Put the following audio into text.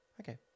Okay